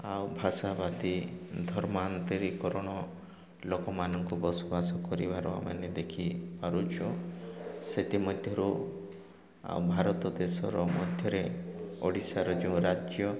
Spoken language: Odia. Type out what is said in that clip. ଆଉ ଭାଷା ବାଦୀ ଧର୍ମାନ୍ତରୀକରଣ ଲୋକମାନଙ୍କୁ ବସବାସ କରିବାର ମାନେ ଦେଖିପାରୁଛୁ ସେଥିମଧ୍ୟରୁ ଆଉ ଭାରତ ଦେଶର ମଧ୍ୟରେ ଓଡ଼ିଶାର ଯେଉଁ ରାଜ୍ୟ